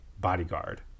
bodyguard